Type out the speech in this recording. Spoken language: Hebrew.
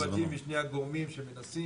יש צוותים בשני הגורמים שמנסים.